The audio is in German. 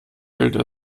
gilt